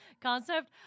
concept